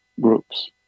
groups